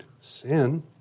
sin